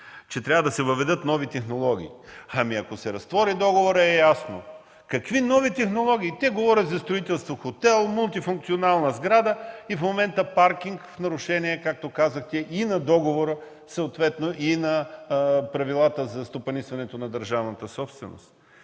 че трябва да се въведат нови технологии. Ако се разтвори договорът е ясно. Какви нови технологии? Те говорят за строителство на хотел, мултифункционална сграда и в момента паркинг в нарушение, както казахте и на договора, съответно и на правилата за стопанисването на държавната собственост.